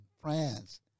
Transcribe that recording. France